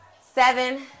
seven